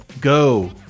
go